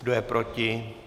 Kdo je proti?